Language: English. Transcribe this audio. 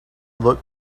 look